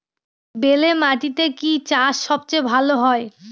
বেলে মাটিতে কি চাষ সবচেয়ে ভালো হয়?